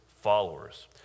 followers